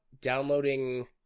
downloading